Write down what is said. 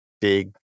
big